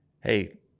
hey